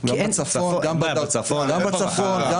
גם בצפון, גם בדרום.